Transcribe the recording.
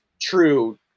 true